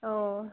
অঁ